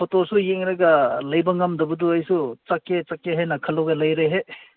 ꯐꯣꯇꯣꯁꯨ ꯌꯦꯡꯂꯒ ꯂꯩꯕ ꯉꯝꯗꯕꯗꯨ ꯑꯩꯁꯨ ꯆꯠꯀꯦ ꯆꯠꯀꯦ ꯍꯥꯏꯅ ꯈꯜꯂꯒ ꯂꯩꯔꯦꯍꯦ